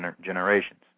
generations